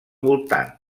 voltant